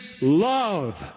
love